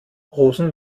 rosen